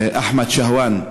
אחמד שהואן,